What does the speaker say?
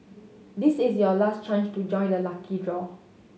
this is your last chance to join the lucky draw